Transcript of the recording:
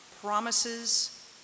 promises